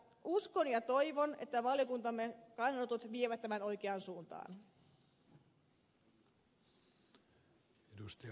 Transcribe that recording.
uskon ja toivon että valiokuntamme kannanotot vievät tämän oikeaan suuntaan